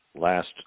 last